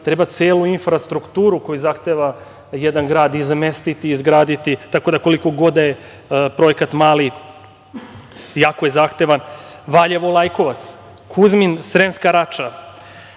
treba celu infrastrukturu koju zahteva jedan grad izmestiti, izgraditi, tako da, koliko god da je projekat mali, jako je zahteva, Valjevo-Lajkovac, Kuzmin-Sremska Rača,